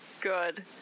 Good